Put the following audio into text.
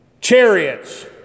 chariots